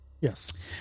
Yes